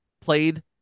played